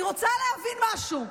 אני רוצה להבין משהו: